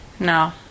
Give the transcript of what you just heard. No